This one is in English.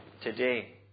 today